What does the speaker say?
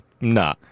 Nah